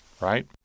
right